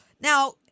now